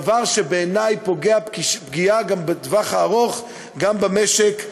דבר שבעיני פוגע בטווח הארוך גם במשק ובכלכלה.